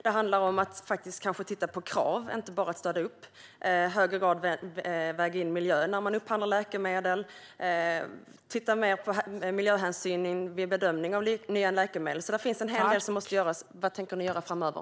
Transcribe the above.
Det handlar om att kanske titta på krav och inte bara stöd, om att i högre grad väga in miljöaspekter när läkemedel upphandlas och om att titta mer på miljöhänsyn vid bedömning av nya läkemedel. Det finns en hel del som måste göras. Vad tänker ni göra framöver?